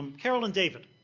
um carol and david,